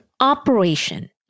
operation